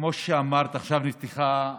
כמו שאמרת, עכשיו נפתחה ההרשמה,